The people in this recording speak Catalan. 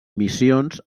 missions